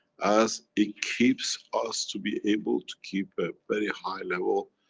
as it keeps us to be able to keep a very high level,